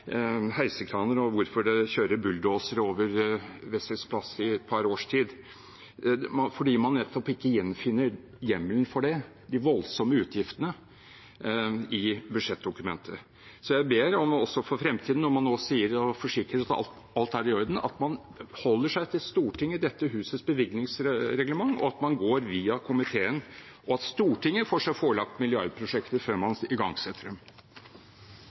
for de voldsomme utgiftene i budsjettdokumentet. Så jeg ber om at man også for fremtiden, når man nå forsikrer at alt er i orden, at man holder seg til Stortingets, dette husets, bevilgningsreglement, og at man går via komiteen, og at Stortinget får seg forelagt milliardprosjekter før man igangsetter dem.